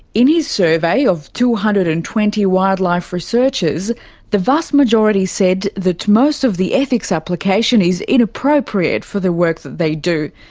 in his survey of two hundred and twenty wildlife researchers, the vast majority said that most of the ethics application is inappropriate for the work that they do.